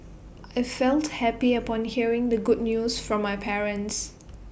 I felt happy upon hearing the good news from my parents